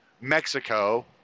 Mexico